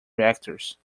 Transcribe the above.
reactors